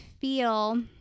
feel